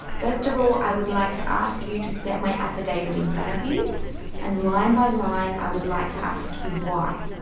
first of all, i would like to ask you to set my affidavit in front of you and line by line i would like to ask you why,